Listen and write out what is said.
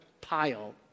pile